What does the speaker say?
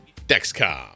Dexcom